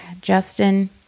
Justin